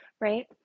Right